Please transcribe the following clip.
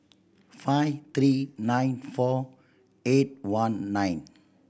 five three nine four eight one nine